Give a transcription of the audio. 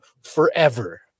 forever